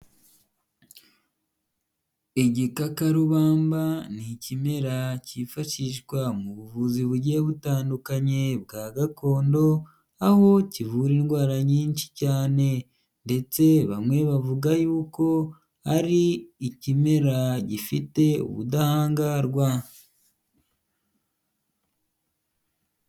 Igikakarubamba ni ikimera cyifashishwa mu buvuzi bugiye butandukanye bwa gakondo aho kivura indwara nyinshi cyane ndetse bamwe bavuga yuko ari ikimera gifite ubudahangarwa.